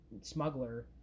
smuggler